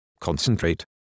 concentrate